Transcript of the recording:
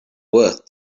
worth